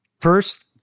First